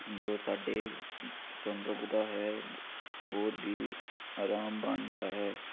ਜੋ ਸਾਡੇ ਸੰਭਵਦਾ ਹੈ ਹੋਰ ਵੀ ਆਰਾਮ ਬਣਦਾ ਹੈ